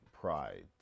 Pride